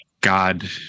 God